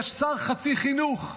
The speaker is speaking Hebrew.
יש שר חצי חינוך,